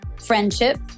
Friendship